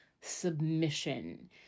submission